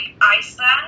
Iceland